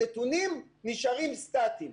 הנתונים נשארים סטטיים,